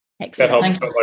Excellent